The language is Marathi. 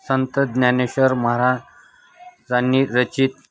संत ज्ञानेश्वर महाराज यांनी रचित